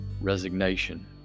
resignation